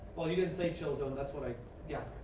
well, you didn't say chosen. that's what i yeah.